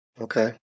Okay